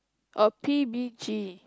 or P_V_G